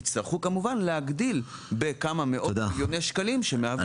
יצטרכו כמובן להגדיל בכמה מאות מיליוני שקלים שמהווים